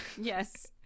yes